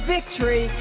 Victory